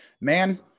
man